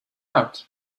out